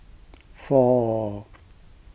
four